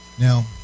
Now